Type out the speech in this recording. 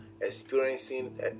experiencing